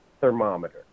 thermometer